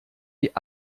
die